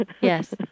Yes